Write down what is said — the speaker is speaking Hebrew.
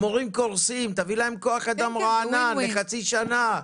המורים קורסים, תביא להם כוח אדם רענן לחצי שנה.